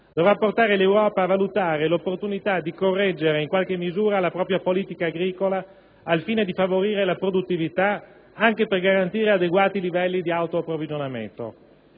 dovrà portare l'Europa a valutare l'opportunità di correggere in qualche misura la propria politica agricola, al fine di favorire la produttività, anche per garantire adeguati livelli di autoapprovvigionamento.